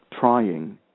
trying